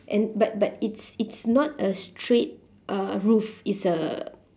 and but but it's it's not a straight uh roof it's a